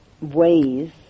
ways